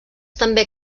també